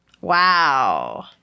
Wow